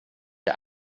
der